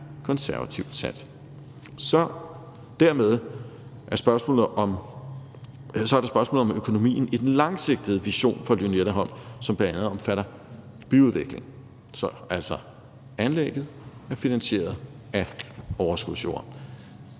konservativt sat. Så er der spørgsmålet om økonomien. I den langsigtede vision for Lynetteholm, som bl.a. omfatter byudvikling, er anlægget finansieret af overskudsjord,